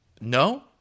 No